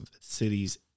Cities